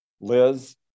Liz